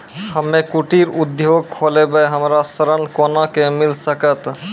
हम्मे कुटीर उद्योग खोलबै हमरा ऋण कोना के मिल सकत?